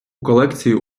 колекцію